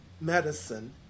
medicine